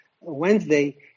Wednesday